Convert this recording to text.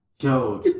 Yo